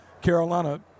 Carolina